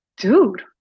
dude